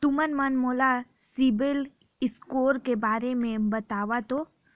तुमन मन मोला सीबिल स्कोर के बारे म बताबो का?